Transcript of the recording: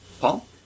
Paul